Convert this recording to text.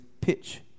pitch